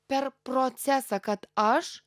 per procesą kad aš